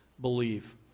believe